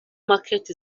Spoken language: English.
market